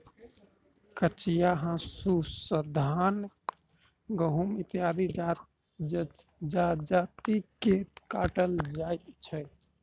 कचिया हाँसू सॅ धान, गहुम इत्यादि जजति के काटल जाइत छै